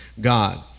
God